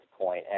point